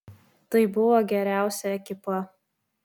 tai buvo geriausia ekipa